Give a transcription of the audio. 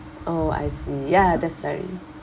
oh I see ya that's very